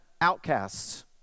outcasts